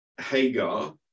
hagar